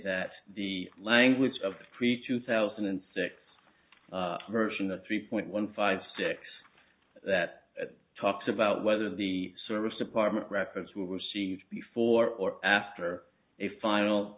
that the language of the create two thousand and six version of three point one five six that talks about whether the service department records will receive before or after a final